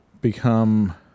become